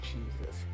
Jesus